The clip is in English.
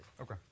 Okay